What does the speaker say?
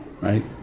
right